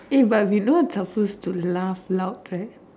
eh but we not supposed to laugh loud right